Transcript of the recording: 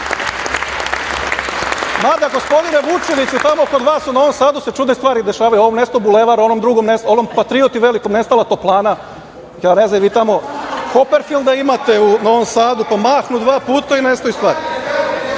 gospodine Vučeviću, tamo kod vas u Novom Sadu se čudne stvari dešavaju, ovom nestao bulevar, onom patriotu velikom nestala toplana, ja ne znam jel vi tamo Koperfilda imate u Novom Sadu pa mahnu dva puta i nestaju stvari? Da